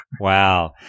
Wow